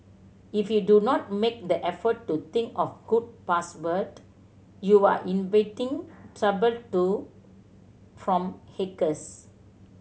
if you do not make the effort to think of good password you are inviting trouble through from hackers